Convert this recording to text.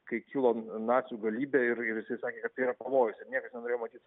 kai kilo nacių galybė ir ir jisai sakė kad tai yra pavojus ir niekas nenorėjo matyt